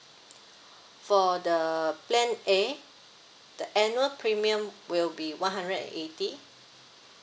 for the plan A the annual premium will be one hundred and eighty